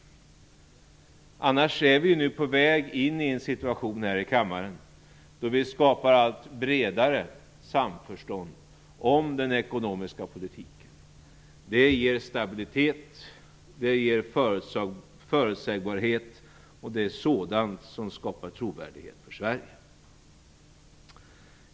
Vi är nu på väg in i en situation då vi skapar allt bredare samförstånd om den ekonomiska politiken här i kammaren. Det ger stabilitet, det ger förutsägbarhet och det är sådant som skapar trovärdighet för Sverige.